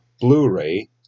Blu-ray